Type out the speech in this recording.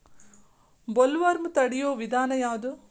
Bollworm ತಡಿಯು ವಿಧಾನ ಯಾವ್ದು?